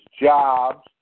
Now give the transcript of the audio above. jobs